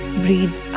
breathe